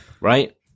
right